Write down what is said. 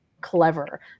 clever